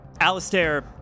Alistair